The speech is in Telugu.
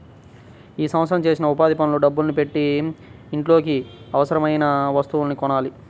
ఈ సంవత్సరం చేసిన ఉపాధి పనుల డబ్బుల్ని పెట్టి ఇంట్లోకి అవసరమయిన వస్తువుల్ని కొనాలి